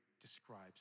describes